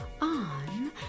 on